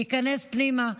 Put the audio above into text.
להיכנס פנימה,